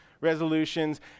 resolutions